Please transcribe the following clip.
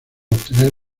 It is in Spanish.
obtener